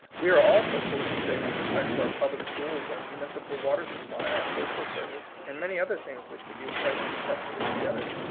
we are all socialists to-day with respect to our public schools, our municipal water supply, our postal service, and many other things which we do quite successfully to gether.